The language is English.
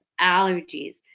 allergies